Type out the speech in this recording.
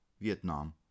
Vietnam